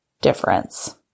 difference